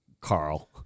Carl